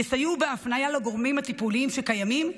יסייעו בהפניה לגורמים הטיפוליים שקיימים,